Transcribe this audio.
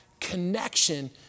connection